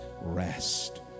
rest